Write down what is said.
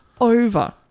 over